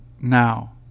now